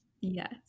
Yes